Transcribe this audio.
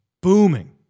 booming